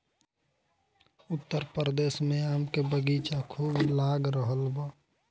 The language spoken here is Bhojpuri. उत्तर प्रदेश में आम के बगीचा खूब लाग रहल बा